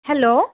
hello